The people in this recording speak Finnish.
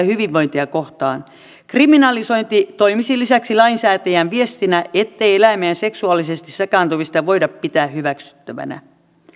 hyvinvointia kohtaan kriminalisointi toimisi lisäksi lainsäätäjän viestinä ettei eläimeen seksuaalisesti sekaantumista voida pitää hyväksyttävänä